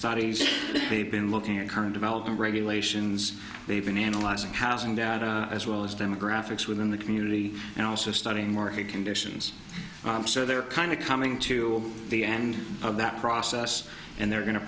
studies they've been looking at current development regulations they've been analyzing housing data as well as demographics within the community and also studying market conditions so they're kind of coming to the end of that process and they're go